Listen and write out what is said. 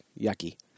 yucky